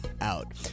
out